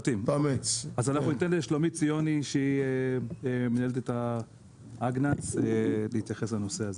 אנחנו ניתן לשלומית ציוני שהיא מנהלת את ההגנ"צ להתייחס לנושא הזה.